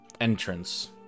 entrance